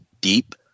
deep